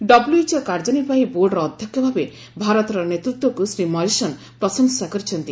W HO କାର୍ଯ୍ୟନିର୍ବାହୀ ବୋର୍ଡର ଅଧ୍ୟକ୍ଷ ଭାବେ ଭାରତର ନେତୃତ୍ୱକୁ ଶ୍ରୀ ମାରିସନ୍ ପ୍ରଶଂସା କରିଛନ୍ତି